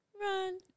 run